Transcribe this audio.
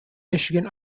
michigan